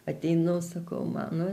ateinu sakau mano